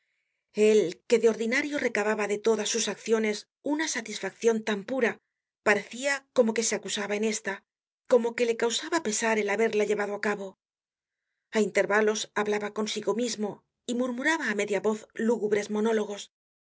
él que de ordinario recababa de todas sus acciones una satisfaccion tan pura parecia como que se acusaba en esta como que le causaba pesar el haberla llevado á cabo a intervalos hablaba consigo mismo y murmuraba á media voz lúgubres monólogos